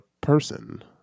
person